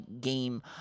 game